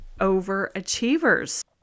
overachievers